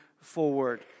forward